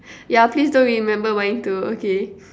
yeah please don't remember mine too okay